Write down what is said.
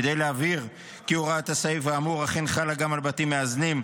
כדי להבהיר כי הוראת הסעיף האמור אכן חלה גם על בתים מאזנים,